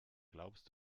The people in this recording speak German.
glaubst